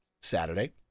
Saturday